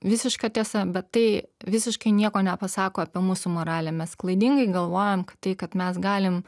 visiška tiesa bet tai visiškai nieko nepasako apie mūsų moralę mes klaidingai galvojam kad tai kad mes galim